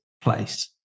place